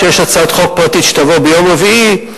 כשיש הצעת חוק שתבוא ביום רביעי,